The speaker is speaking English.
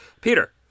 peter